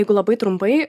jeigu labai trumpai